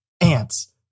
ants